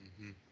-hmm